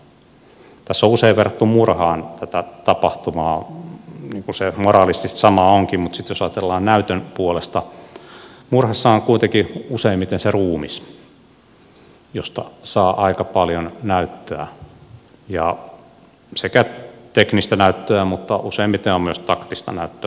tässä on usein verrattu murhaan tätä tapahtumaa niin kuin se moraalisesti sama onkin mutta sitten jos ajatellaan näytön puolesta niin murhassa on kuitenkin useimmiten se ruumis josta saa aika paljon näyttöä sekä teknistä näyttöä mutta useimmiten on myös taktista näyttöä